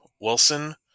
Wilson